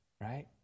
Right